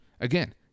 again